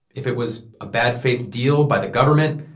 if it was a bad faith deal by the government,